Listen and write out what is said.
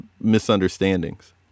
misunderstandings